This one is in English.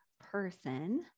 person